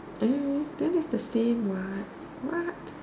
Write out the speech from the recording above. I don't know then its the same what what